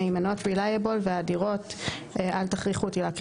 מהימנות (Reliable) והדירות (Reproducible),